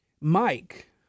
Mike